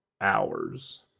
hours